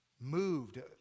moved